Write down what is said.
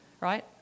right